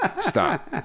stop